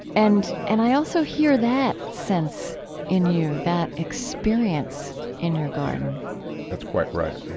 and and i also hear that sense in you that experience in your garden that's quite right.